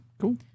cool